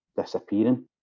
disappearing